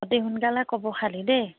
অতি সোনকালে ক'ব খালী দেই